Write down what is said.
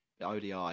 ODI